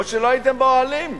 או שלא הייתם באוהלים.